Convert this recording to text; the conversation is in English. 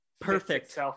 perfect